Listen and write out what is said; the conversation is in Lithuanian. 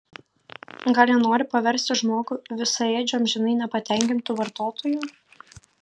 gal jie nori paversti žmogų visaėdžiu amžinai nepatenkintu vartotoju